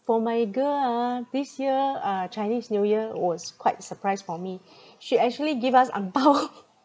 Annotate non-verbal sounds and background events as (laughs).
for my girl ah this year uh chinese new year was quite surprise for me (breath) she actually give us angpao (laughs)